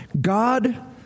God